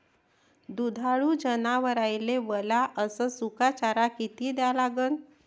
दुधाळू जनावराइले वला अस सुका चारा किती द्या लागन?